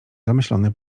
zamyślony